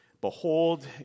Behold